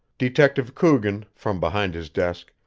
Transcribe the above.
detective coogan, from behind his desk,